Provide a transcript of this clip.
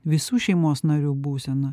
visų šeimos narių būsena